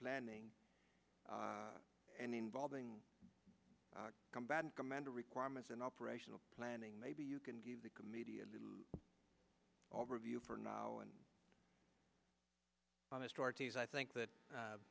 planning and involving combatant commander requirements and operational planning maybe you can give the comedian all review for now and i think that